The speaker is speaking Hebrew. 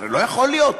הרי לא יכול להיות.